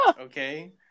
okay